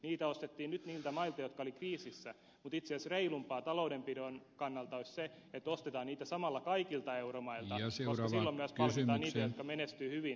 niitä ostettiin nyt niiltä mailta jotka olivat kriisissä mutta itse asiassa reilumpaa taloudenpidon kannalta olisi se että ostetaan niitä samalla kaikilta euromailta koska silloin myös palkitaan niitä jotka menestyvät hyvin